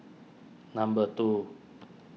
number two